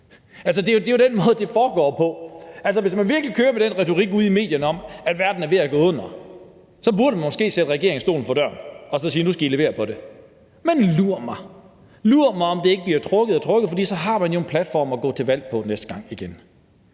Det er jo den måde, det foregår på. Altså, hvis man virkelig kører med den retorik ude i medierne om, at verden er ved at gå under, så burde man måske sætte regeringen stolen for døren og sige: Nu skal I levere på det. Men lur mig, om det ikke bliver trukket og trukket – for så har man jo en platform at gå til valg på næste gang igen.